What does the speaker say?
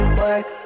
work